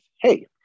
Hey